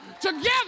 together